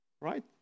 Right